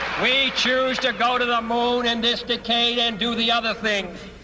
we choose to go to the moon in this decade and do the other things.